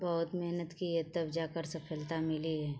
बहुत मेहनत की है तब जाकर सफलता मिली है